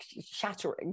shattering